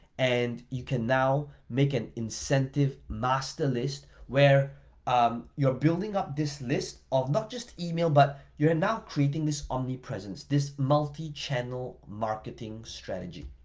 and you can now make an incentive master list where um you're building up this list of not just email but you're now creating this omnipresence, this multi-channel marketing strategy,